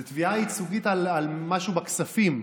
זו תביעה ייצוגית על משהו בכספים.